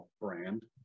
brand